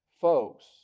folks